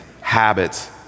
habits